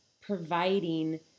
providing